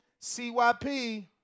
CYP